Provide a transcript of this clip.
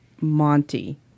Monty